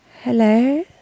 Hello